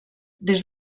des